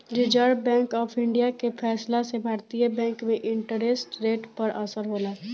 reserve Bank of India के फैसला से भारतीय बैंक में इंटरेस्ट रेट पर असर होला